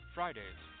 Fridays